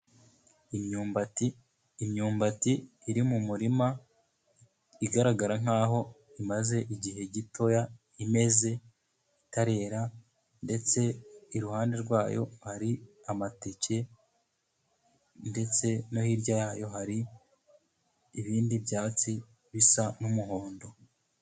Imyumbati, imyumbati iri mu murima igaragara nkaho imaze igihe gitoya imeze, itarera ndetse iruhande rwayo hari amateke ndetse no hirya yayo hari ibindi byatsi bisa n'umuhondo.